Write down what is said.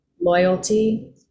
loyalty